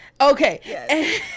okay